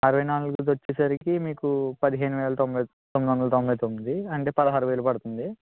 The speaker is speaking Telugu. అరవై నాలుగు వచ్చేసరికి మీకు పదిహేను వేల తొంభై తొమ్మిది వందల తొంభై తొమ్మిది అంటే పదహారు వేలు పడుతుంది